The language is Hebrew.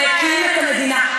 והקים את המדינה.